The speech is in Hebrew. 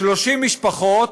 30 משפחות,